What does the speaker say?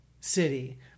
city